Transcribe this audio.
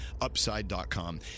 upside.com